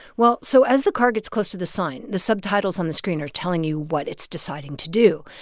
well, so as the car gets close to the sign, the subtitles on the screen are telling you what it's deciding to do.